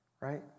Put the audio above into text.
right